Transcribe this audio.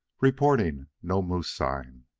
reporting no moose sign.